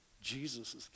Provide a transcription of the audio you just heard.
Jesus